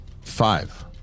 Five